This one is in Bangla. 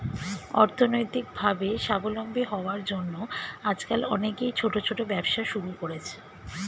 অর্থনৈতিকভাবে স্বাবলম্বী হওয়ার জন্য আজকাল অনেকেই ছোট ছোট ব্যবসা শুরু করছে